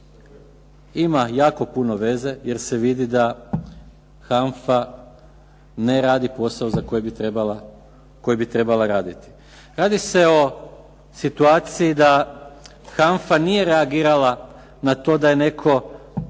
Ima jako puno veze jer se vidi da HANFA ne radi posao koji bi trebala raditi. Radi se o situaciji da HANFA nije reagirala na to da je netko